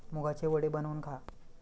मुगाचे वडे बनवून खा